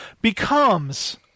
becomes